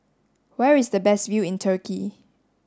where is the best view in Turkey